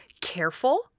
careful